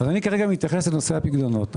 אני מתייחס כרגע לפיקדונות.